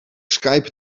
skype